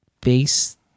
base